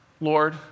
Lord